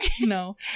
No